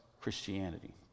christianity